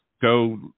go